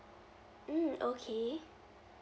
mm okay